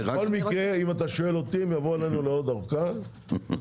אם אתה שואל אותי בהם יבואו אלינו לעוד ארכה אלקין,